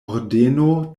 ordeno